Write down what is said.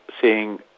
seeing